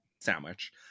sandwich